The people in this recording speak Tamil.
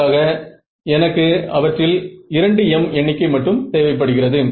RCS காக எனக்கு அவற்றில் 2m எண்ணிக்கை மட்டும் தேவைப்படுகிறது